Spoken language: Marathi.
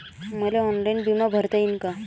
मले ऑनलाईन बिमा भरता येईन का?